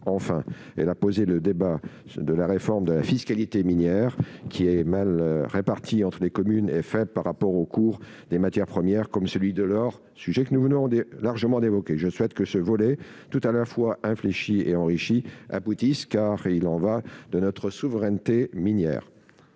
Enfin, elle a posé le débat de la réforme de la fiscalité minière, qui est mal répartie entre les communes et conçue par rapport au cours des matières premières, comme celui de l'or, sujet que nous venons largement d'évoquer. Je souhaite que ce volet, tout à la fois infléchi et enrichi, aboutisse, car il y va de notre souveraineté minière.